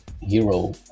hero